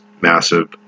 massive